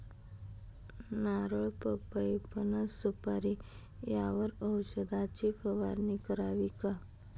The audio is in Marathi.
नारळ, पपई, फणस, सुपारी यावर औषधाची फवारणी करावी का?